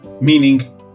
meaning